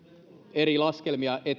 eri laskelmia